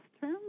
term